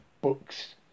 Books